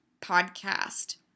podcast